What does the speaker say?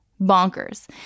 bonkers